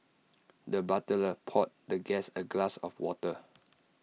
the butler poured the guest A glass of water